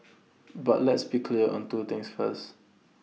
but let's be clear on two things first